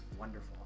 wonderful